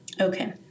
okay